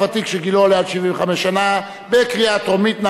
ותיק שגילו עולה על 75 שנה) בקריאה טרומית.